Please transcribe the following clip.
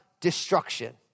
Destruction